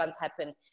happen